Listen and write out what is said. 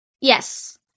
Yes